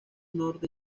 norte